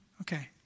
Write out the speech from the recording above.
Okay